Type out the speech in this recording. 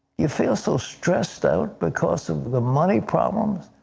you feel so stressed out because of the money problems?